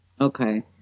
Okay